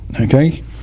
okay